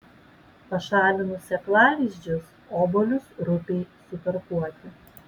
pašalinus sėklalizdžius obuolius rupiai sutarkuoti